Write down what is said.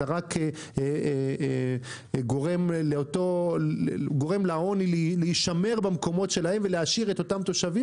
זה רק יגרום לכך שהעוני יישמר באותם מקומות והתושבים